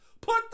Put